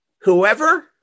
whoever